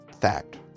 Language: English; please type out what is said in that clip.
fact